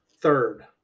third